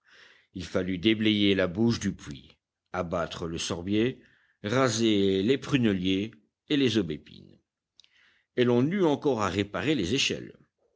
il fallut déblayer la bouche du puits abattre le sorbier raser les prunelliers et les aubépines et l'on eut encore à réparer les échelles